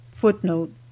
footnote